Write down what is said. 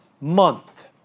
month